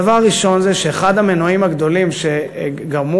הדבר הראשון זה שאחד המנועים הגדולים שגרמו